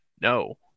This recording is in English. No